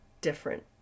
different